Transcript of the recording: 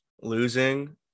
losing